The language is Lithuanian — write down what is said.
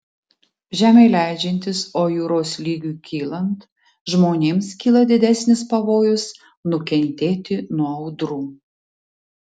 žemei leidžiantis o jūros lygiui kylant žmonėms kyla didesnis pavojus nukentėti nuo audrų